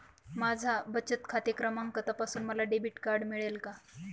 माझा बचत खाते क्रमांक तपासून मला डेबिट कार्ड मिळेल का?